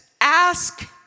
ask